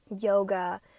yoga